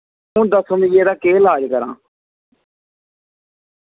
हू'न दस्सो मिगी एह्दा केह् लाज करां